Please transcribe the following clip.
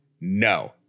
no